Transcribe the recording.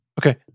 Okay